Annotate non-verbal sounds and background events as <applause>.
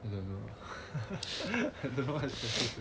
no idea <laughs> I have no idea <laughs>